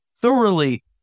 thoroughly